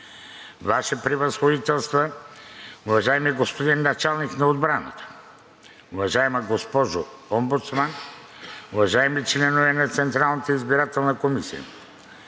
Ваши Превъзходителства, уважаеми господин Началник на отбраната, уважаема госпожо Омбудсман, уважаеми членове на Централната избирателна комисия,